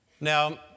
Now